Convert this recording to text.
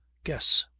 guess.